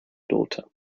daughter